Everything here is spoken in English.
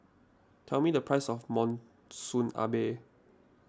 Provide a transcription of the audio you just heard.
tell me the price of Monsunabe